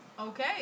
Okay